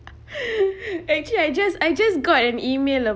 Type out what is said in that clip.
actually I just I just got an email